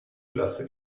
klasse